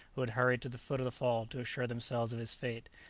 who had hurried to the foot of the fall to assure themselves of his fate.